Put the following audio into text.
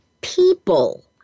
people